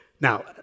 Now